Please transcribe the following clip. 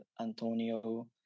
Antonio